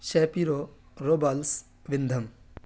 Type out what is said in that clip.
چیپرو roubles